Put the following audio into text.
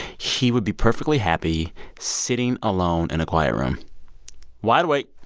he would be perfectly happy sitting alone in a quiet room wide awake,